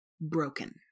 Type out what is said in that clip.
broken